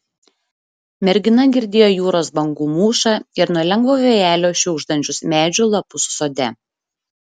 mergina girdėjo jūros bangų mūšą ir nuo lengvo vėjelio šiugždančius medžių lapus sode